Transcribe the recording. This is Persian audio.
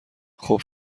خوب